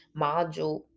module